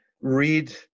read